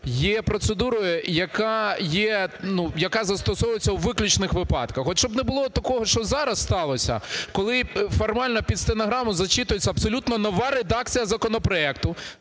є процедурою, яка застосовується у виключних випадках. От щоб не було такого, що зараз сталося, коли формально під стенограму зачитується абсолютно нова редакція законопроекту,